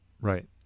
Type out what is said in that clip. Right